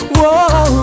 Whoa